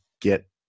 get